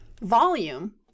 volume